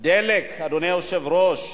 דלק, אדוני היושב-ראש,